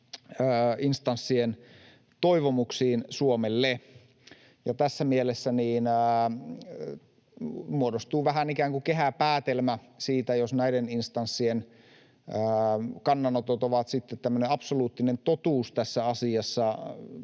instanssien toivomuksiin Suomelle. Tässä mielessä muodostuu vähän ikään kuin kehäpäätelmä siitä, jos näiden instanssien kannanotot ovat sitten tämmöinen absoluuttinen totuus tässä asiassa.